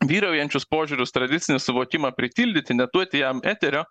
vyraujančius požiūrius tradicinį suvokimą pritildyti neduoti jam eterio